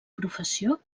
professió